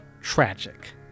tragic